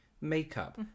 makeup